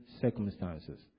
circumstances